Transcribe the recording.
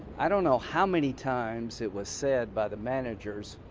i do not know how many times it was said by the managers